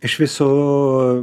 iš viso